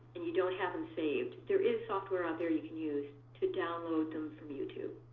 and you don't have them saved, there is software out there you can use to download them from youtube.